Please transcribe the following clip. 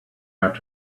had